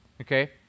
Okay